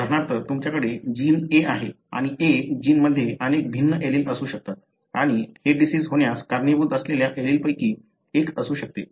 उदाहरणार्थ तुमच्याकडे gene A आहे आणि A जीनमध्ये अनेक भिन्न एलील असू शकतात आणि हे डिसिज होण्यास कारणीभूत असलेल्या एलीलपैकी एक असू शकते